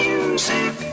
Music